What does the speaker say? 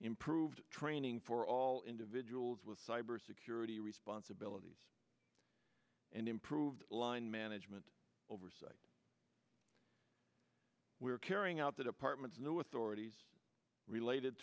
improved training for all individuals with cyber security responsibilities and improved line management oversight we are carrying out the department's new authorities related